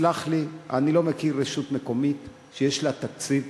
סלח לי, אני לא מכיר רשות מקומית שיש לה תקציב